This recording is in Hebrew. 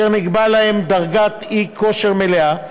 אשר נקבעה להם דרגת אי-כושר מלאה,